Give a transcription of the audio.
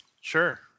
Sure